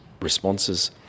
responses